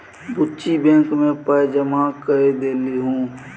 बुच्ची बैंक मे पाय जमा कए देलहुँ